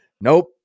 Nope